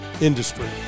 industry